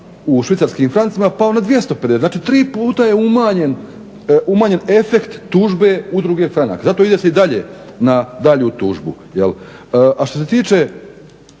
u švicarskim francima pao na 250, znači tri puta je umanjen efekt tužbe Udruge "Franak", zato se ide dalje na dalju tužbu. A što se tiče